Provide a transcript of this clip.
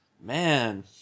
man